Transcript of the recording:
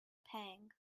pang